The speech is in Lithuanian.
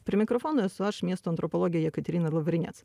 prie mikrofono esu aš miesto antropologė jekaterina lavrinėc